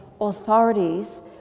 authorities